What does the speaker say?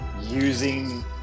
using